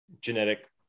genetic